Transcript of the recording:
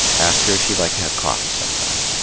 ask her if she'd like to have coffee sometime.